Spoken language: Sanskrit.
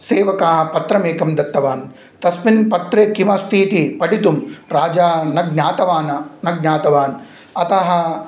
सेवका पत्रमेकं दत्तवान् तस्मिन् पत्रे किमस्तीति पठितुं राजा न ज्ञातवान् न ज्ञातवान् अतः